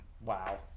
Wow